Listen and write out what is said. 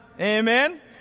Amen